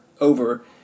over